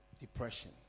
Depression